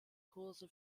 kurse